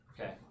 Okay